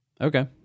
Okay